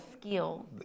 skill